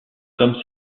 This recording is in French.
comme